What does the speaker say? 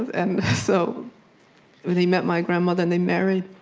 and so he met my grandmother and they married,